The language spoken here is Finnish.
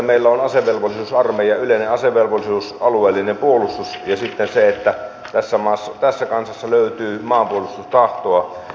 meillä on asevelvollisuusarmeija yleinen asevelvollisuus ja alueellinen puolustus ja tässä kansassa löytyy maanpuolustustahtoa